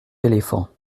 éléphants